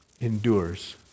endures